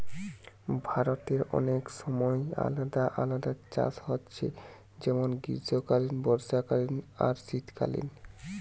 ভারতে অনেক সময় আলাদা আলাদা চাষ হচ্ছে যেমন গ্রীষ্মকালীন, বর্ষাকালীন আর শীতকালীন